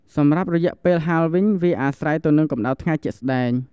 សម្រាប់រយៈពេលហាលវិញវាអាស្រ័យទៅនឹងកម្តៅថ្ងៃជាក់ស្តែង។